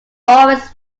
always